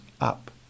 up